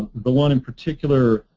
the one in particular,